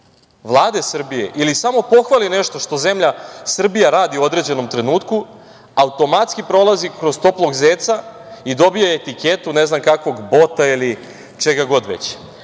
Vlade Srbije ili samo pohvali nešto što zemlja Srbija radi u određenom trenutku, automatski prolazi kroz toplog zeca i dobija etiketu ne znam kakvog bota ili čega god već.